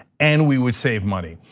and we would save money.